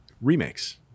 Remakes